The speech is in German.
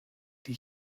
die